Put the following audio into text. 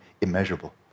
immeasurable